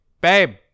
babe